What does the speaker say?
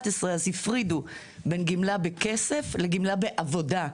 אז הפרידו בין גמלה בכסף לגמלה בעבודה,